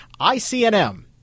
ICNM